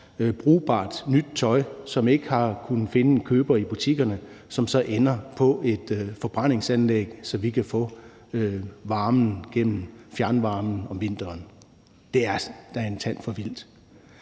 brugbart nyt tøj, som ikke har kunnet finde en køber i butikkerne, som så ender på et forbrændingsanlæg, så vi kan få varmen gennem fjernvarmen om vinteren. Det er da en tand for vildt.